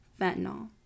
fentanyl